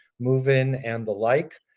move-in, and the like.